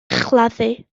chladdu